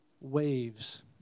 waves